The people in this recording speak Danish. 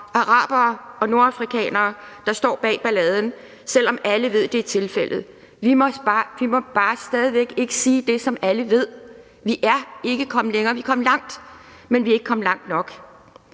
arabere og nordafrikanere, der står bag balladen, selv om alle ved, at det er tilfældet. Vi må bare stadig væk ikke sige dét, som alle ved. Vi er ikke kommet længere. Vi er kommet langt, men vi er ikke kommet langt nok.